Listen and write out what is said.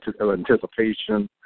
anticipation